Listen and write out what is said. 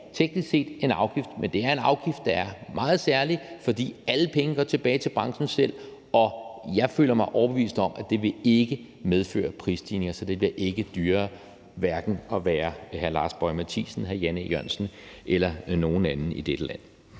teknisk set en afgift, ja, men det er en afgift, der er meget særlig, fordi alle pengene går tilbage til branchen selv. Og jeg føler mig overbevist om, at det ikke vil medføre prisstigninger, så det bliver ikke dyrere at være hverken hr. Lars Boje Mathiesen, hr. Jan E. Jørgensen eller nogen anden i dette land.